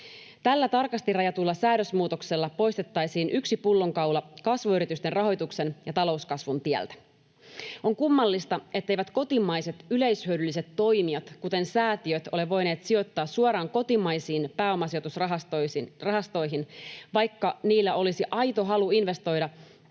Tällä tarkasti rajatulla säädösmuutoksella poistettaisiin yksi pullonkaula kasvuyritysten rahoituksen ja talouskasvun tieltä. On kummallista, etteivät kotimaiset yleishyödylliset toimijat, kuten säätiöt, ole voineet sijoittaa suoraan kotimaisiin pääomasijoitusrahastoihin, vaikka niillä olisi aito halu investoida